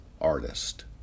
artist